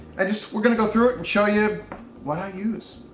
i just, we're gonna go through it and show you what i use.